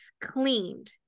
cleaned